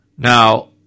Now